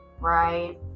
Right